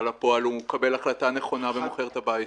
לפועל הוא מקבל החלטה נכונה ומוכר את הבית.